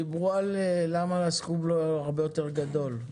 דיברו על למה הסכום לא הרבה יותר גדול.